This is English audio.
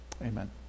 amen